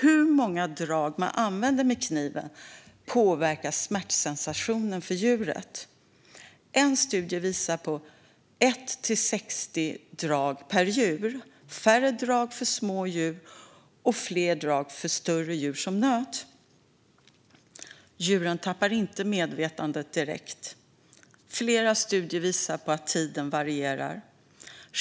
Hur många drag man använder med kniven påverkar smärtsensationen för djuret. En studie visade på 1-60 drag per djur, färre för små djur och fler för större djur som nöt. Djuren förlorar inte medvetandet direkt. Flera studier visar att tiden varierar.